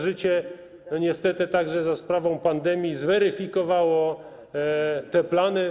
Życie niestety, także za sprawą pandemii, zweryfikowało te plany.